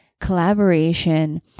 collaboration